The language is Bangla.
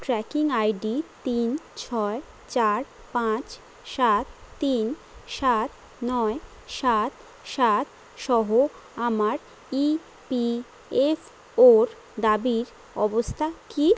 ট্র্যাকিং আইডি তিন ছয় চার পাঁচ সাত তিন সাত নয় সাত সাত সহ আমার ই পি এফ ওর দাবির অবস্থা কী